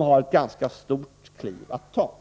har ett ganska stort kliv att ta.